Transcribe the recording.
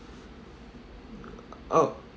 oh